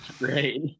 right